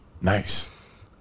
Nice